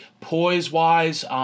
poise-wise